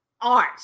art